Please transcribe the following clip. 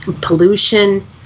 pollution